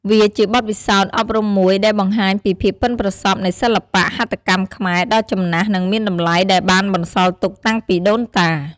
វាជាបទពិសោធន៍អប់រំមួយដែលបង្ហាញពីភាពប៉ិនប្រសប់នៃសិល្បៈហត្ថកម្មខ្មែរដ៏ចំណាស់ និងមានតម្លៃដែលបានបន្សល់ទុកតាំងពីដូនតា។